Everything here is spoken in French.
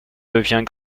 devient